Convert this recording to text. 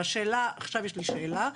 ועכשיו יש לי שאלה.